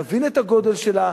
נבין את הגודל שלה,